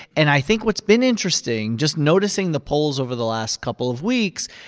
and i think what's been interesting just noticing the polls over the last couple of weeks,